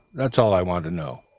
that is all i wanted to know.